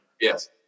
Yes